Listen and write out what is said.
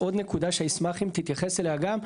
עוד נקודה שאני אשמח אם תתייחס אליה גם,